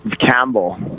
Campbell